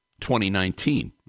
2019